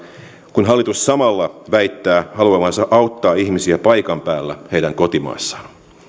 kun hallitus samalla väittää haluavansa auttaa ihmisiä paikan päällä heidän kotimaissaan